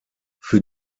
für